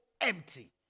empty